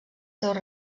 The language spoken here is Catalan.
seus